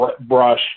brush